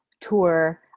tour